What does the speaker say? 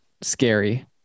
scary